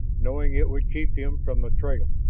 knowing it would keep him from the trail.